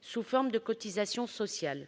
sous forme de cotisations sociales.